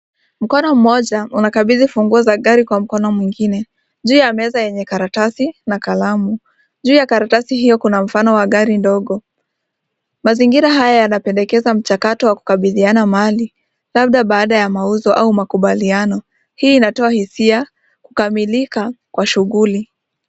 Mkono mmoja unakabidhi funguo za gari kwa mkono mwingine, juu ya meza yenye karatasi na kalamu, juu ya karatasi hio kuna mfano wa gari ndogo, mazingira haya yanapendekeza mchakato wa kukabidhiana mali labda baada ya mauzo au makubaliano, hii inatoa hisia kukamilika kwa shughuli.